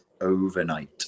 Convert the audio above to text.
overnight